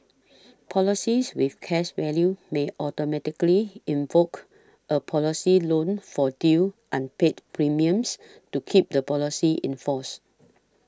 policies with cash value may automatically invoke a policy loan for due unpaid premiums to keep the policy in force